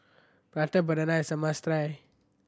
Prata Banana is a must try